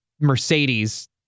Mercedes